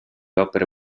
opere